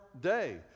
day